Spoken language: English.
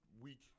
week